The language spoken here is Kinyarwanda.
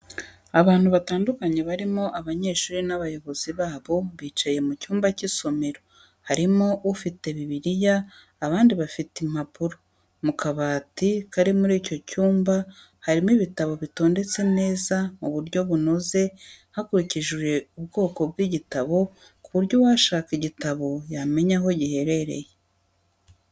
Abantu batandukanye barimo abanyeshuri n'abayobozi babo bicaye mu cyumba cy'isomero, harimo ufite bibiliya abandi bafite impapuro, mu kabati kari muri icyo cyumba harimo ibitabo bitondetse neza mu buryo bunoze hakurikijwe ubwoko bw'igitabo ku buryo uwashaka igitabo yamenya aho giherereye.